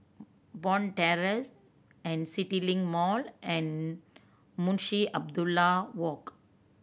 Bond Terrace CityLink Mall and Munshi Abdullah Walk